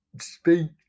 speak